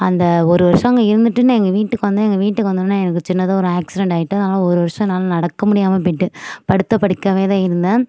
அந்த ஒரு வருஷம் அங்கே இருந்துவிட்டு நான் எங்கள் வீட்டுக்கு வந்தேன் எங்கள் வீட்டுக்கு வந்தோனே எனக்கு சின்னதாக ஒரு ஆக்சிடெண்ட் ஆயிவிட்டு அதனால் ஒரு வருஷம் என்னால் நடக்க முடியாமல் போயிட்டு படுத்தப்படுக்கையாகவேதான் இருந்தேன்